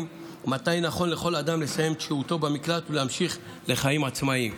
מתי נכון לכל אדם לסיים את שהותו במקלט ולהמשיך לחיים עצמאיים.